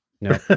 No